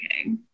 okay